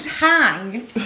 hang